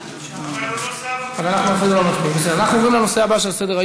נחסוך את,